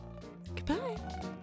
Goodbye